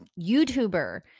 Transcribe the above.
YouTuber